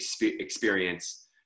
experience